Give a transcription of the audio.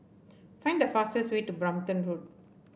find the fastest way to Brompton Road